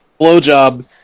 blowjob